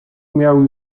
miał